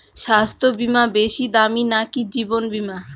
স্বাস্থ্য বীমা বেশী দামী নাকি জীবন বীমা?